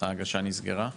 ההגשה נסגרה כבר?